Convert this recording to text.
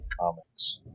comics